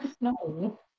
No